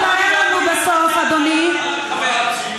שלא יתברר לנו בסוף, אדוני, מחבלת.